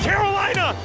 Carolina